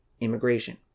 immigration